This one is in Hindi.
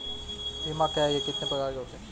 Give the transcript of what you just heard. बीमा क्या है यह कितने प्रकार के होते हैं?